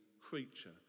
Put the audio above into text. creature